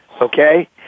okay